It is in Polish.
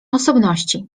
osobności